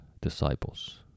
disciples